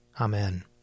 Amen